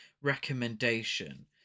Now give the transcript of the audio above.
recommendation